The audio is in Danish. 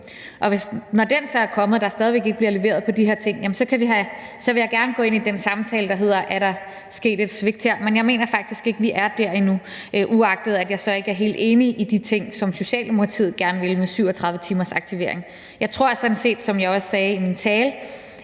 Og når den så er kommet og der stadig væk ikke bliver leveret på de her ting, vil jeg gerne gå ind i den samtale, der hedder, om der er sket et svigt her. Men jeg mener faktisk ikke, vi er der endnu, uagtet at jeg så ikke er helt enig i de ting, som Socialdemokratiet gerne vil med 37 timers aktivering. Jeg tror sådan set, som jeg også sagde i min tale,